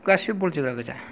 गासैबो बल जोग्रा गोजा